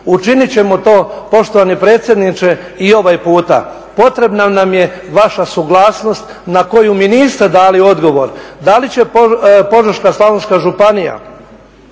učinit ćemo to poštovani predsjedniče i ovaj puta. Potrebna nam je vaša suglasnost na koju mi niste dali odgovor, da li će Požeško-slavonska županija